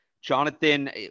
Jonathan